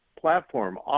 platform